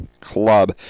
club